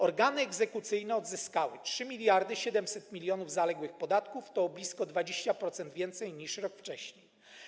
Organy egzekucyjne odzyskały 3,7 mld zaległych podatków, to o blisko 20% więcej niż rok wcześniej.